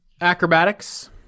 Acrobatics